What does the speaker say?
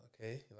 Okay